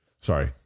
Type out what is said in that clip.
sorry